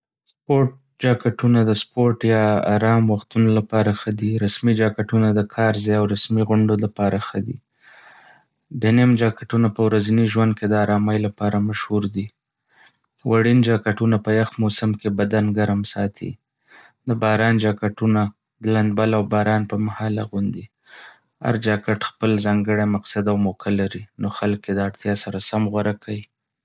سپورت جاکټونه د سپورت یا آرام وختونو لپاره ښه دي. رسمي جاکټونه د کار ځای او رسمي غونډو لپاره اغوندي. ډنيم جاکټونه په ورځني ژوند کې د آرامۍ لپاره مشهور دي. وړين جاکټونه په یخ موسم کې بدن ګرم ساتي. د باران جاکټونه د لندبل او باران پر مهال اغوندي. هر جاکټ خپل ځانګړی مقصد او موقع لري، نو خلک یې د اړتیا سره سم غوره کوي.